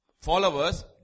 followers